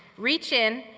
reach in,